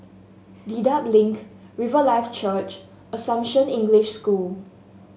Dedap Link Riverlife Church Assumption English School